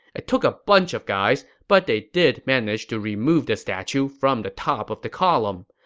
it took a bunch of guys, but they did manage to remove the statue from the top of the column.